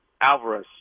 Alvarez